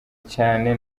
cyane